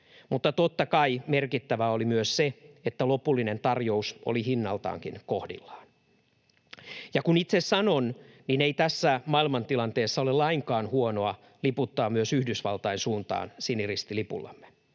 Mutta totta kai merkittävää oli myös se, että lopullinen tarjous oli hinnaltaankin kohdillaan. Ja kun itse sanon, niin ei tässä maailmantilanteessa ole lainkaan huonoa liputtaa myös Yhdysvaltain suuntaan siniristilipullamme.